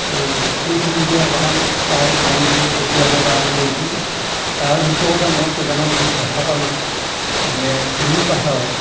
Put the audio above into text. এই সেইখিনিকে অকণমান চাই মনটো পঠিয়াবৰ কাৰণে গৈছিলোঁ তাৰ ভিতৰতে মই কেইটামান দিশ দেখা পালোঁ যে তুলি পাহাৰত